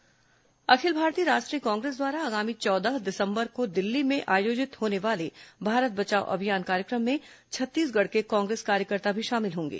कांग्रेस भारत बचाओ अभियान अखिल भारतीय राष्ट्रीय कांग्रेस द्वारा आगामी चौदह दिसंबर को दिल्ली में आयोजित होने वाले भारत बचाओ अभियान कार्यक्रम में छत्तीसगढ़ के कांग्रेस कार्यकर्ता भी शामिल होंगे